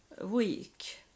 week